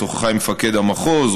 היא שוחחה עם מפקד המחוז,